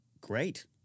Great